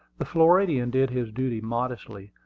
the floridian did his duty modestly,